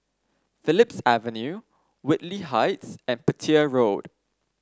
Phillips Avenue Whitley Heights and Petir Road